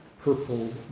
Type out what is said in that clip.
purple